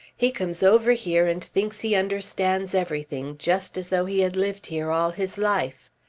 he comes over here and thinks he understands everything just as though he had lived here all his life.